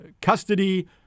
custody